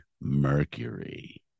Mercury